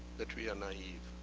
that we are naive.